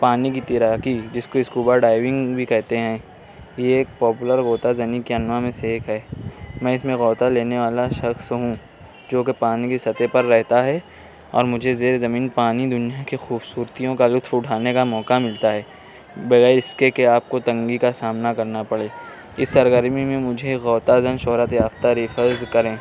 پانی کی تیراکی جس کو اسکوبا ڈائیونگ بھی کہتے ہیں یہ ایک پاپولر غوطہ زنی کے انواع میں سے ایک ہے میں اس میں غوطہ لینے والا شخص ہوں جو کہ پانی کی سطح پر رہتا ہے اور مجھے زیر زمین پانی دنیا کی خوبصورتیوں کا لطف اٹھانے کا موقع ملتا ہے بغیر اس کے کہ آپ کو تنگی کا سامنا کرنا پڑے اس سرگرمی میں مجھے غوطہ زن شہرت یافتہ ریفرز کریں